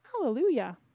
hallelujah